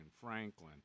Franklin